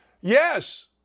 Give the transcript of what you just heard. Yes